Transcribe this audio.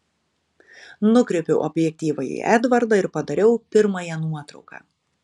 nukreipiau objektyvą į edvardą ir padariau pirmąją nuotrauką